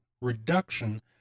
reduction